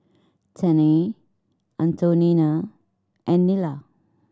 Tennie Antonina and Nila